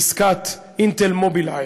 עסקת "אינטל" "מובילאיי".